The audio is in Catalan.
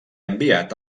enviat